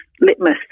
litmus